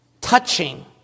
touching